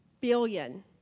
billion